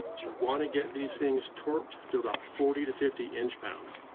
you wanna get these things torqued to about forty to fifty inch pounds.